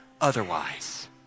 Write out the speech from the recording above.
otherwise